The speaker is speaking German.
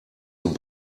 zum